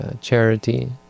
charity